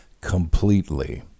completely